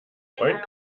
freund